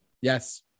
yes